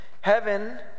Heaven